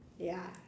ya